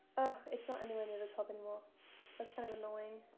ah it's not anywhere near the top anymore that's kind of annoying